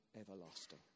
everlasting